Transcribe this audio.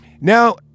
Now